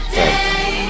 day